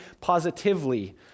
positively